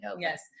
Yes